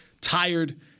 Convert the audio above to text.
tired